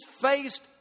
faced